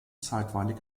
zeitweilig